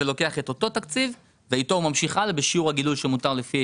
ולוקחים את אותו תקציב הלאה בשיעור גידול לפי